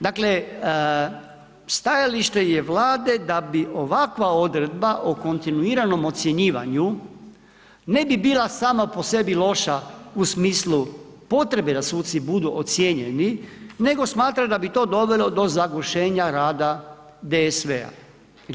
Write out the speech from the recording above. Dakle, stajalište je Vlade da bi ovakva odredba o kontinuiranom ocjenjivanju ne bi bila sama po sebi loša u smislu potrebe da suci budu ocijenjeni, nego smatra da bi do dovelo do zagušenja rada DSV-a.